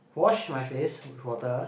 wash my face with water